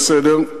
לסדר-היום,